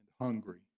hungry